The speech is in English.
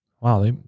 Wow